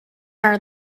are